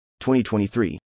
2023